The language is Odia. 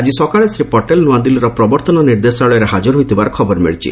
ଆଜି ସକାଳେ ଶ୍ରୀ ପଟେଲ୍ ନ୍ତଆଦିଲ୍ଲୀର ପ୍ରବର୍ତ୍ତନ ନିର୍ଦ୍ଦେଶାଳୟରେ ହାଜର ହୋଇଥିବାର ଖବର ମିଳିଛି